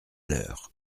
l’heure